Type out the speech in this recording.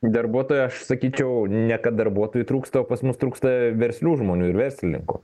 darbuotojų aš sakyčiau ne kad darbuotojų trūksta o pas mus trūksta verslių žmonių ir verslininkų